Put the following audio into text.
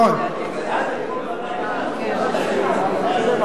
אתמול בלילה ניסו לשכנע אותי שאני אעשה משהו.